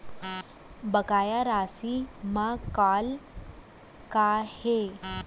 बकाया राशि मा कॉल का हे?